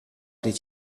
did